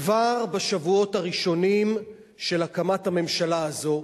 כבר בשבועות הראשונים של הממשלה הזאת,